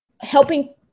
helping